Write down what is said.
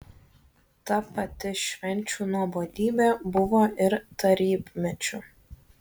ta pati švenčių nuobodybė buvo ir tarybmečiu